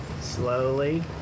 Slowly